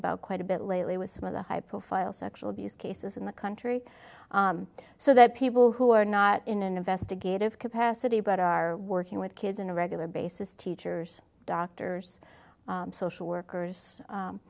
about quite a bit lately with some of the high profile sexual abuse cases in the country so that people who are not in an investigative capacity but are working with kids in a regular basis teachers doctors social workers